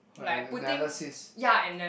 her analysis